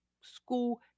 school